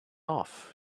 off